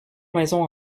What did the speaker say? maisons